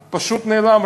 נעלם, פשוט נעלם.